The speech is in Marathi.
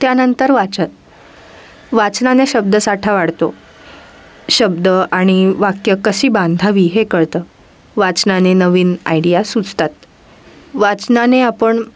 त्यानंतर वाचन वाचनाने शब्द साठा वाढतो शब्द आणि वाक्य कशी बांधावी हे कळतं वाचनाने नवीन आयडिया सुचतात वाचनाने आपण